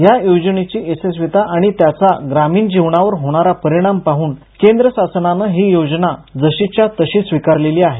या योजनेची यशस्विता आणि त्याचा ग्रामीण जीवनावर होणारा परिणाम पाहून केंद्र शासनानं ही योजना जशीच्या तशी स्वीकारलेली आहे